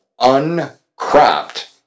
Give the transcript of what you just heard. uncropped